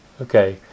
Okay